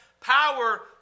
power